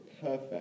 perfect